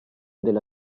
della